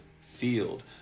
Field